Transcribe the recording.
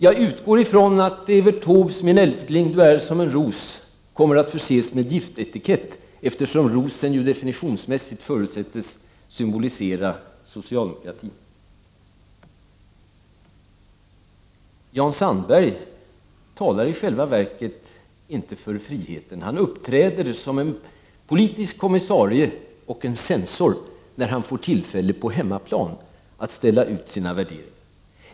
Jag utgår ifrån att Evert Taubes ”Min älskling du är som en ros” kommer att förses med giftetikett, eftersom rosen ju definitionsmässigt förutsätts symbolisera socialdemokratin. I själva verket talar inte Jan Sandberg för friheten. Han uppträder som en politisk kommissarie och en censor, när han får tillfälle att exponera sina värderingar på hemmaplan.